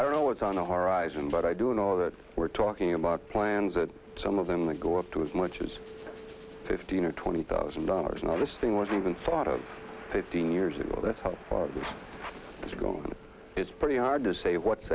i don't know what's on the horizon but i do know that we're talking about plans that some of them will go up to as much as fifteen or twenty thousand dollars and all this thing was even thought of fifteen years ago that's how far it's gone it's pretty hard to say what's